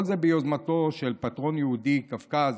כל זה ביוזמתו של פטרון יהודי קווקז